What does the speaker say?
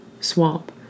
Swamp